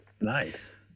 Nice